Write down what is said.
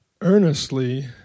earnestly